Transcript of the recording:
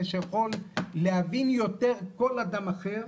שיכול להבין יותר כל אדם אחר,